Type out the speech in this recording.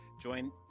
join